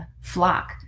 flock